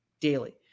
Daily